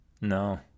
no